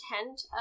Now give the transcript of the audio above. intent